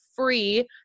Free